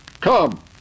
Come